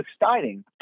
exciting